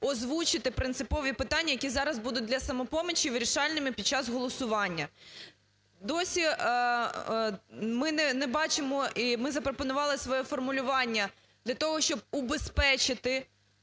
озвучити принципові питання, які зараз будуть для "Самопомочі" вирішальними під час голосування. Досі ми не бачимо і ми запропонували своє формулювання для того, щоб убезпечити